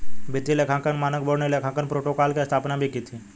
वित्तीय लेखांकन मानक बोर्ड ने लेखांकन प्रोटोकॉल की स्थापना भी की थी